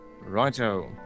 Righto